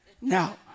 Now